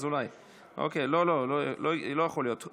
רגע, לא יכול להיות.